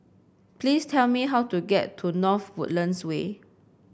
please tell me how to get to North Woodlands Way